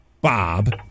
Bob